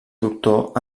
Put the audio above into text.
doctor